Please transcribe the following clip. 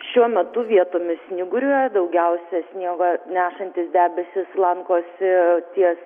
šiuo metu vietomis snyguriuoja daugiausia sniegą nešantys debesys lankosi ties